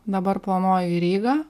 dabar planuoju į rygą